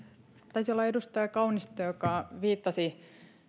taisi olla edustaja kaunisto joka viittasi